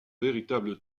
véritable